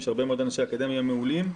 יש הרבה מאוד אנשי אקדמיה מעולים,